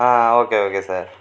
ah okay okay sir